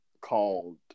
called